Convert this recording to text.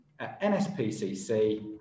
NSPCC